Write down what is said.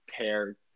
tear